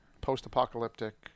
post-apocalyptic